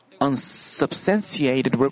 unsubstantiated